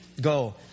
Go